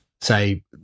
say